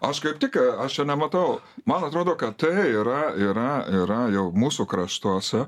aš kaip tik aš čia nematau man atrodo kad tai yra yra yra jau mūsų kraštuose